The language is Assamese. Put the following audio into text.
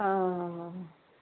অ